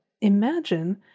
Imagine